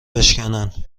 بشکنن